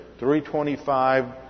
325